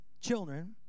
Children